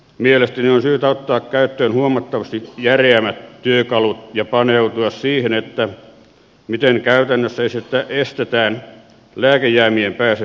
mielestäni on syytä ottaa käyttöön huomattavasti järeämmät työkalut ja paneutua siihen miten käytännössä estetään lääkejäämien pääsy viemäriverkostoon